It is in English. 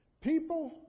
People